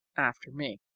after me.